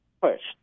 first